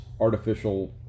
artificial